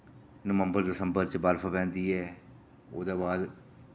नवम्बर दिसंबर च बर्फ पैंदी ऐ ओह्दे बाद